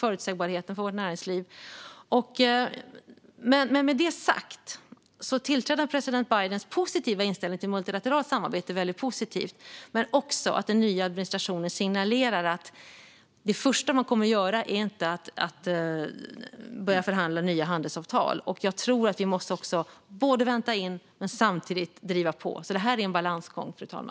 Med detta sagt är den tillträdande president Bidens inställning till multilateralt samarbete väldigt positiv, men den nya administrationen signalerar att det första man kommer att göra inte är att börja förhandla om nya handelsavtal. Jag tror att vi måste både vänta in och samtidigt driva på. Detta är alltså en balansgång, fru talman.